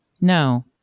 No